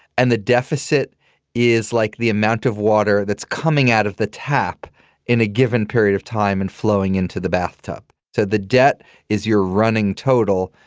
and the deficit is like the amount of water that's coming out of the tap in a given period of time and flowing into the bathtub. so the debt is your running total.